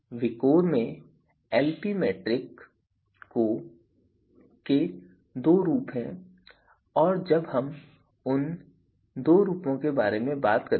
विकोर में Lp metric के दो रूप हैं और अब हम उन दो रूपों के बारे में बात करेंगे